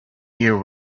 year